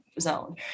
zone